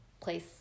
place